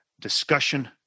discussion